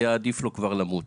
היה עדיף לו כבר למות.